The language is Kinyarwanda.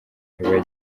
ntibajye